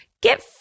Get